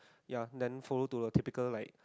ya then follow to the typical like